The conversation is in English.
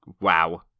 Wow